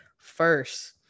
first